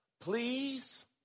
please